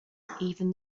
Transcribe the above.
even